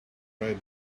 red